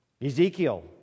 Ezekiel